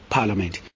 Parliament